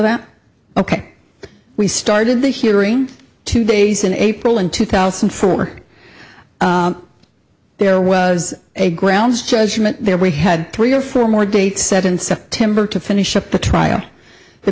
that ok we started the hearing two days in april in two thousand and four there was a grounds judgment there we had three or four more dates set in september to finish up the trial the